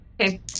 Okay